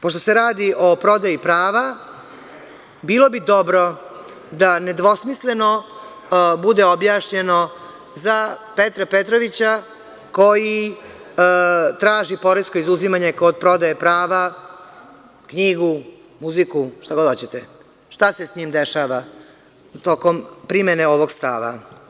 Pošto se radi o prodaji prava, bilo bi dobro da nedvosmisleno bude objašnjeno za Petra Petrovića koji traži poresko izuzimanje kod prodaje prava knjigu, muziku, šta god hoćete, šta se s njim dešava tokom primene ovog stava.